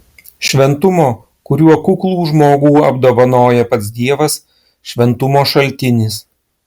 šventumo kuriuo kuklų žmogų apdovanoja pats dievas šventumo šaltinis